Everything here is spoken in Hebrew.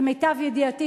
למיטב ידיעתי,